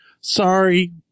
sorry